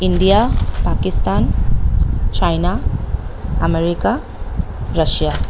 India Pakistan China America Russia